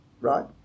right